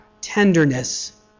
tenderness